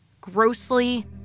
grossly